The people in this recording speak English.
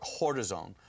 cortisone